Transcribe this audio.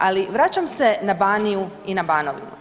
Ali vračam se na Baniju ili na Banovinu.